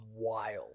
Wild